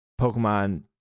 Pokemon